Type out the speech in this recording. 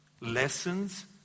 lessons